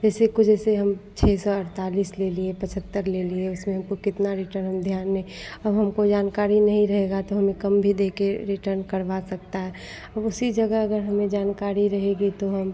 जैसे को जैसे हम छह सौ अड़तालीस ले लिए पचहत्तर ले लिए उसमें हमको कितना रिटर्न ध्यान नहीं अब हमको जानकारी नहीं रहेगी तो हम कम भी देकर रिटर्न करवा सकता है अब उसी जगह अगर हमें जानकारी रहेगी तो हम